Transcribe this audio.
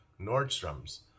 Nordstrom's